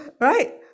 right